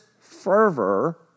fervor